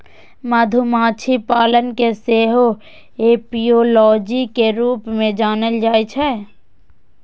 मधुमाछी पालन कें सेहो एपियोलॉजी के रूप मे जानल जाइ छै